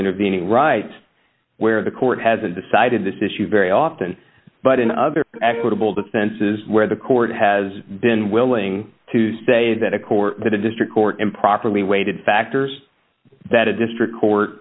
intervening rights where the court has decided this issue very often but in other equitable defenses where the court has been willing to say that a court that a district court improperly weighted factors that a district